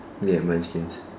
me at my skin